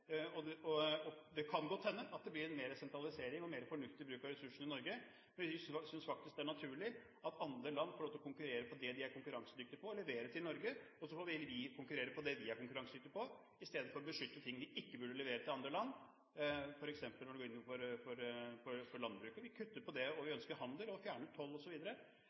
mer i landbruket. Det kan godt hende at det blir mer sentralisering og mer fornuftig bruk av ressursene i Norge. Vi synes faktisk det er naturlig at andre land får lov til å konkurrere på det de er konkurransedyktige på, og levere til Norge. Så får vi heller konkurrere på det vi er konkurransedyktige på, istedenfor å beskytte ting vi ikke burde levere til andre land, f.eks. innenfor landbruket. Vi kutter i det, og vi ønsker handel og å fjerne toll